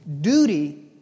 duty